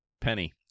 penny